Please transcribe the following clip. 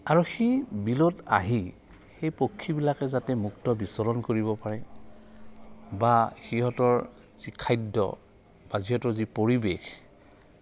আৰু সেই বিলত আহি সেই পক্ষীবিলাকে যাতে মুক্ত বিচৰণ কৰিব পাৰে বা সিহঁতৰ যি খাদ্য বা যি সিহঁতৰ যি পৰিৱেশ